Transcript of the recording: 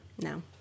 No